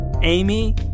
Amy